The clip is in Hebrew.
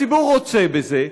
הציבור רוצה בזה,